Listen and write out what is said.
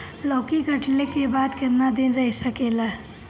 लौकी कटले के बाद केतना दिन रही सकेला?